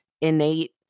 innate